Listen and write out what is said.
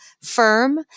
firm